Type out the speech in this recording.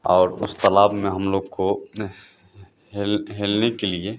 और उस तलाब में हम लोग को हेल हेलने के लिए